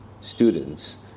students